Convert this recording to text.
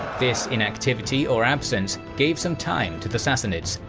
this inactivity or absence gave some time to the sassanids,